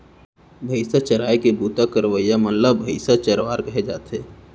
भईंसा चराए के बूता करइया मन ल भईंसा चरवार कहे जाथे